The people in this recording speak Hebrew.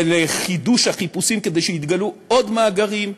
ובחידוש החיפושים, כדי שיתגלו עוד מאגרים.